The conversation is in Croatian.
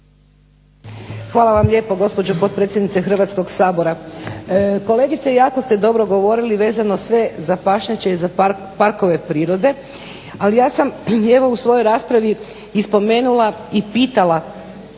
Hvala vam lijepo gospođo potpredsjednice Hrvatskog sabora. Kolegice jako ste dobro govorili vezano sve za pašnjake i za parkove prirode, ali ja sam evo i u svojoj raspravi i spomenula i pitala